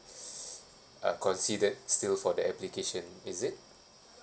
uh considered still for that application is it